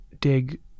dig